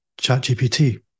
ChatGPT